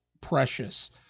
precious